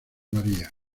maria